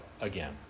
again